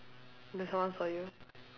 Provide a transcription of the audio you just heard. did someone saw you